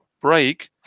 break